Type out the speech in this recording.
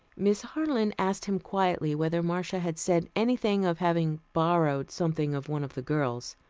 miss harland asked him quietly whether marcia had said anything of having borrowed something of one of the girls.